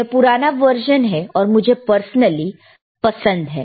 यह पुराना वर्ज़न है और मुझे पर्सनली पसंद है